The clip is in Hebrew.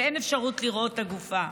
ואין אפשרות לראות את הגופה.